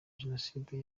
jenoside